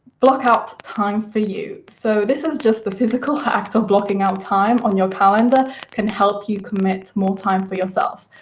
block out time for you. so this is just the physical act of blocking out time on your calendar can help you commit more time for yourself.